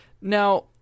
Now